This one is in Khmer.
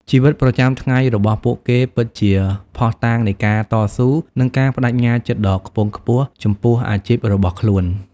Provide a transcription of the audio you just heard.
ជីវិតប្រចាំថ្ងៃរបស់ពួកគេពិតជាភស្តុតាងនៃការតស៊ូនិងការប្តេជ្ញាចិត្តដ៏ខ្ពង់ខ្ពស់ចំពោះអាជីពរបស់ខ្លួន។